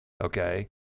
Okay